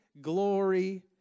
glory